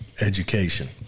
education